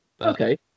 Okay